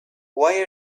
why